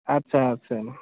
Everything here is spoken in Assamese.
আচ্ছা আচ্ছা